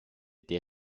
der